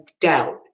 doubt